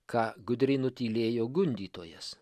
ką gudriai nutylėjo gundytojas